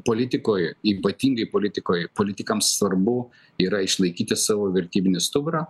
politikoj ypatingai politikoj politikam svarbu yra išlaikyti savo vertybinį stuburą